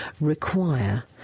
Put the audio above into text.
require